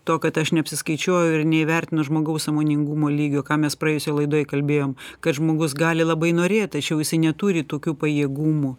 to kad aš neapsiskaičiuoju ir neįvertinu žmogaus sąmoningumo lygio ką mes praėjusioj laidoj kalbėjom kad žmogus gali labai norėt tačiau jisai neturi tokių pajėgumų